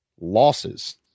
losses